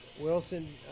Wilson